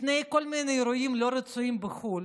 בפני כל מיני אירועים לא רצויים בחו"ל,